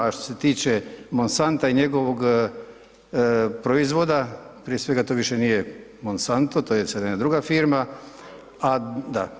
A što se tiče Monsanta i njegovog proizvoda, prije svega to više nije Monsanto, to je sad jedna druga firma … [[Upadica iz klupe se ne čuje]] Da.